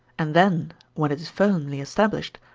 and then, when it is firmly established,